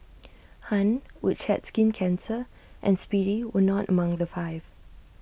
han which had skin cancer and speedy were not among the five